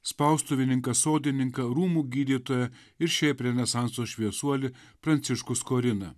spaustuvininką sodininką rūmų gydytoją ir šiaip renesanso šviesuolį pranciškus skorina